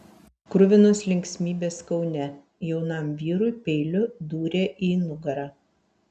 kruvinos linksmybės kaune jaunam vyrui peiliu dūrė į nugarą